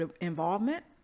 involvement